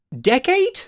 decade